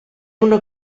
una